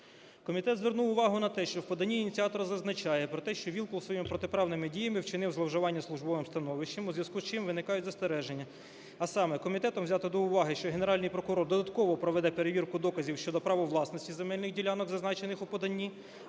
Комітет звернув увагу на те, що в поданні ініціатор зазначає про те, що Вілкул своїми протиправними діями вчинив зловживання службовим становищем, у зв'язку з чим виникають застереження, а саме комітетом взято до уваги, що Генеральний прокурор додатково проведе перевірку доказів щодо права власності земельних ділянок зазначених у поданні,